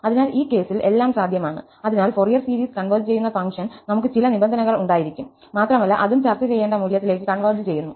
അതിനാൽ ഈ കേസിൽ എല്ലാം സാധ്യമാണ് അതിനാൽ ഫൊറിയർ സീരീസ് കൺവെർജ് ചെയ്യുന്ന ഫംഗ്ഷന് നമുക് ചില നിബന്ധനകൾ ഉണ്ടായിരിക്കും മാത്രമല്ല അതും ചർച്ച ചെയ്യേണ്ട മൂല്യത്തിലേക്ക് കൺവെർജ് ചെയ്യുന്നു